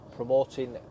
Promoting